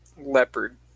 Leopard